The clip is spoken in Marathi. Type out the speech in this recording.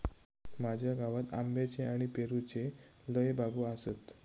माझ्या गावात आंब्याच्ये आणि पेरूच्ये लय बागो आसत